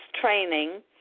training